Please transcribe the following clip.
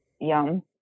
Yum